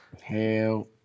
Hell